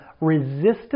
resistance